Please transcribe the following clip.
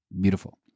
beautiful